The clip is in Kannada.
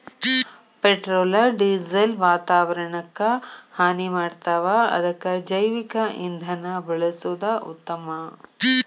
ಪೆಟ್ರೋಲ ಡಿಸೆಲ್ ವಾತಾವರಣಕ್ಕ ಹಾನಿ ಮಾಡ್ತಾವ ಅದಕ್ಕ ಜೈವಿಕ ಇಂಧನಾ ಬಳಸುದ ಉತ್ತಮಾ